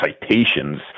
citations